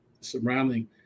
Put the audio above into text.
surrounding